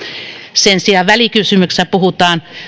sen sijaan välikysymyksessä puhutaan